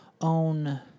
own